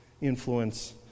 influence